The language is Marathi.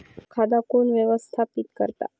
खाता कोण व्यवस्थापित करता?